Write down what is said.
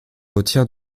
retire